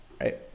right